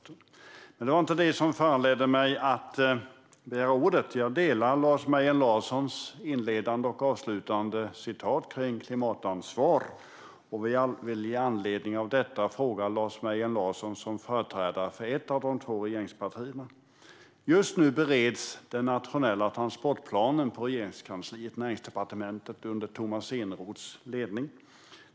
Det var dock inte detta som föranledde mig att begära ordet. Jag instämmer i Lars Mejern Larssons inledande och avslutande citat kring klimatansvar och vill i anledning av detta ställa en fråga till Lars Mejern Larsson som företrädare för ett av de två regeringspartierna. Just nu bereds den nationella transportplanen på Regeringskansliet, Näringsdepartementet, under Tomas Eneroths ledning.